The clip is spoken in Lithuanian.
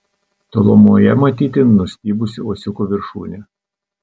tolumoje matyti nustybusi uosiuko viršūnė